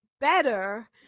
better